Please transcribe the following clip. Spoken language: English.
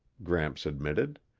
gramps admitted.